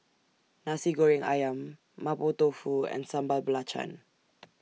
Nasi Goreng Ayam Mapo Tofu and Sambal Belacan